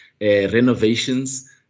renovations